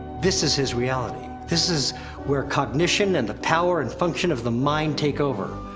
this is his reality, this is where cognition, and the power and function of the mind take over.